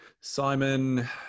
Simon